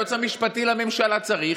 שהיועץ המשפטי לממשלה צריך,